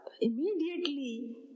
immediately